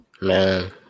Man